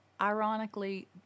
Ironically